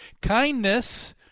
kindness